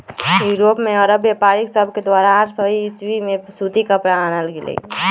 Europe में अरब व्यापारिय सभके द्वारा आठ सौ ईसवी में सूती कपरा आनल गेलइ